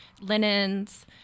linens